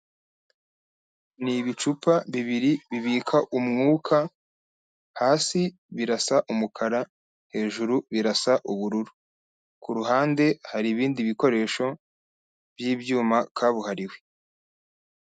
Ni ibicupa bibiri bibika umwuka hasi birasa umukara, hejuru birasa ubururu. Ku ruhande hari ibindi bikoresho by'ibyuma kabuhariwe.